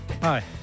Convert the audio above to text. Hi